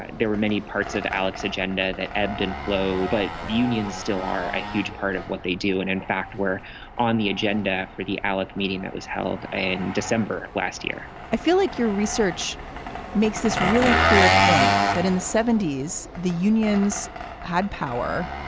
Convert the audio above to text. there were many parts of alec's agenda that ebbed and flowed, but unions still are a huge part of what they do and in fact, were on the agenda for the alec meeting that was held in december last year i feel like your research makes this really clear point that in the seventy s the unions had power.